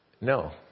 No